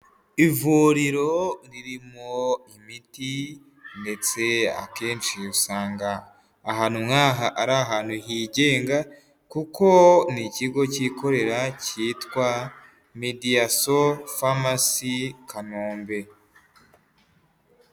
Ivuriro ririmo imiti ndetse, akenshi usanga ahantu nk'aha ari ahantu higenga, kuko n'ikigo cyikorera cyitwa midiyasolu famasi Kanombe.